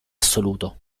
assoluto